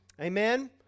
Amen